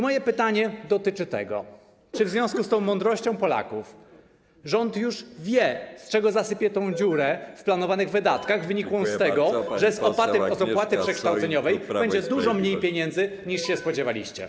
Moje pytanie dotyczy tego, czy w związku z tą mądrością Polaków rząd już wie, z czego zasypie tę dziurę w planowanych wydatkach, wynikłą z tego, że z opłaty przekształceniowej będzie dużo mniej pieniędzy, niż się spodziewaliście.